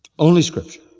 only scripture.